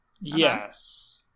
Yes